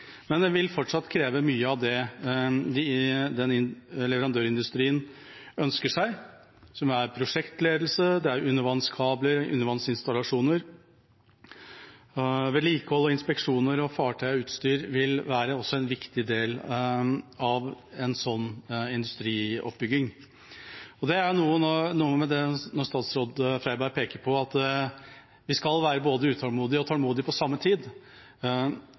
men den vil fortsatt kreve mye av det leverandørindustrien ønsker seg, som prosjektledelse, undervannskabler, undervannsinstallasjoner, vedlikehold og inspeksjoner av fartøy og utstyr – det vil også være en viktig del av en slik industrioppbygging. Når statsråd Freiberg peker på at vi skal være både utålmodige og tålmodige på samme tid,